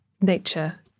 nature